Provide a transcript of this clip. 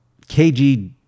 KG